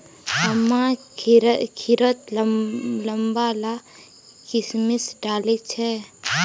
अम्मा खिरत लंबा ला किशमिश डालिल छेक